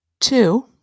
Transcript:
Two